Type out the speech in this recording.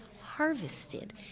harvested